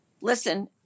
Listen